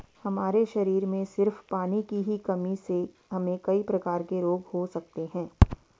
हमारे शरीर में सिर्फ पानी की ही कमी से हमे कई प्रकार के रोग हो सकते है